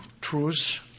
truths